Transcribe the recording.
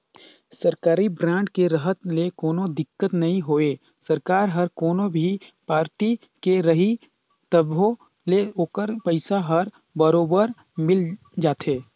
सरकारी बांड के रहत ले कोनो दिक्कत नई होवे सरकार हर कोनो भी पारटी के रही तभो ले ओखर पइसा हर बरोबर मिल जाथे